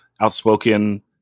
Outspoken